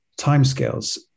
timescales